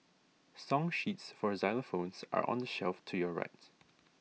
song sheets for xylophones are on the shelf to your right